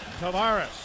Tavares